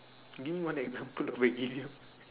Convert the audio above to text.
give me one example of a idiom